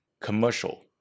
commercial